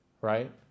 Right